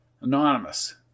Anonymous